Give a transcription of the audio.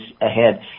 ahead